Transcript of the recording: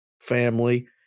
family